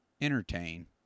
entertain